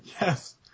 Yes